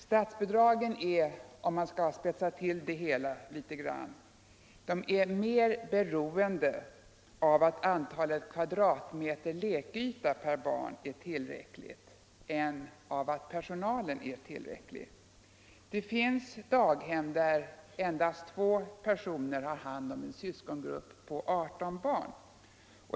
Statsbidragen är — för att något spetsa till det hela — mer beroende av att lekytans kvadratmeterantal per barn är tillräckligt än av att personalen räcker till. Det finns daghem där endast två personer har hand om en syskongrupp på 18 barn.